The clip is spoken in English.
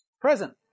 Present